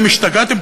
השתגעתם?